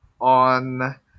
On